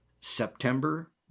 September